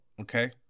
okay